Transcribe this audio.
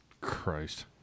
Christ